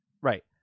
right